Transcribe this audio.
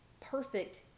perfect